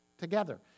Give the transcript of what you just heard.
together